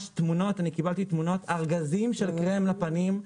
קיבלתי תמונות של ארגזים של קרם לפנים,